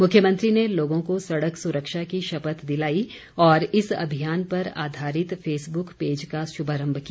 मुख्यमंत्री ने लोगों को सड़क सुरक्षा की शपथ दिलाई और इस अभियान पर आधारित फेसबुक पेज का शुभारम्भ किया